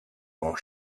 while